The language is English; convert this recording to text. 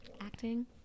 acting